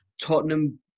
Tottenham